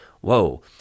whoa